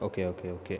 okay okay okay